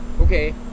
okay